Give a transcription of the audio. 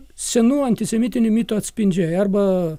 senų antisemitinių mitų atspindžiai arba